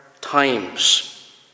times